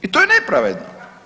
I to je nepravedno.